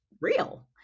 real